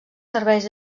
serveis